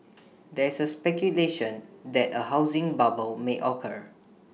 there is speculation that A housing bubble may occur